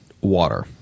water